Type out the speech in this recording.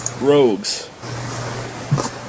Rogues